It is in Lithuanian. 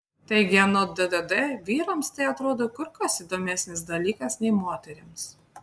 taigi anot ddd vyrams tai atrodo kur kas įdomesnis dalykas nei moterims